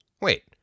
Wait